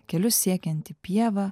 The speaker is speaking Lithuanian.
kelius siekianti pieva